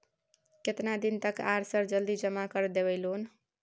केतना दिन तक आर सर जल्दी जमा कर देबै लोन?